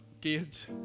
kids